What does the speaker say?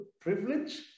privilege